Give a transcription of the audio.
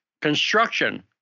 Construction